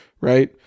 right